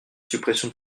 suppression